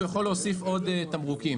הוא יכול להוסיף עוד תמרוקים,